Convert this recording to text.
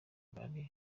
bari